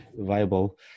viable